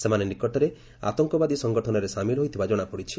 ସେମାନେ ନିକଟରେ ଆତଙ୍କବାଦୀ ସଙ୍ଗଠନରେ ସାମିଲ୍ ହୋଇଥିବା ଜଣାପଡ଼ିଛି